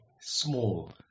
small